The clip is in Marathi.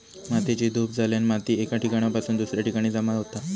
मातेची धूप झाल्याने माती एका ठिकाणासून दुसऱ्या ठिकाणी जमा होता